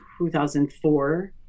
2004